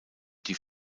die